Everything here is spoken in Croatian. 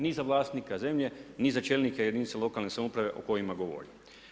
Ni za vlasnika zemlje, ni za čelnike jedinica lokalne samouprave o kojima govorim.